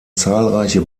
zahlreiche